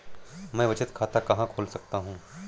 मैं बचत खाता कहाँ खोल सकता हूँ?